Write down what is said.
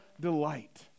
delight